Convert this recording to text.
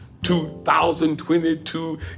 2022